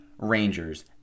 Rangers